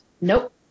nope